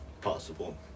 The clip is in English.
possible